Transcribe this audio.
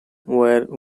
were